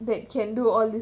that can do all this